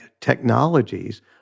technologies